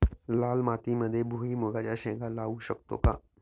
लाल मातीमध्ये भुईमुगाच्या शेंगा लावू शकतो का?